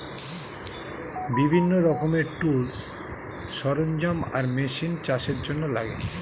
বিভিন্ন রকমের টুলস, সরঞ্জাম আর মেশিন চাষের জন্যে লাগে